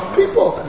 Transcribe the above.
people